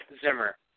Zimmer